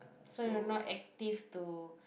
so you've not active to